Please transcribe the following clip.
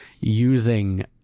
using